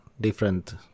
different